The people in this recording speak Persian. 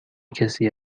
کسی